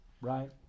right